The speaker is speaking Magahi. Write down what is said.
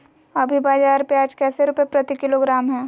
अभी बाजार प्याज कैसे रुपए प्रति किलोग्राम है?